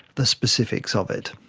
the specifics of it.